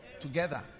together